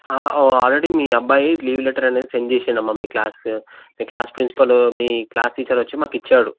already మీ అబ్బాయి leave letter అనేది సెండ్ చేసాడు అమ్మా మీ క్లాస్ మీ క్లాస్ ప్రిన్సిపల్ మీ క్లాస్ టీచర్ వచ్చి మాకు ఇచ్చాడు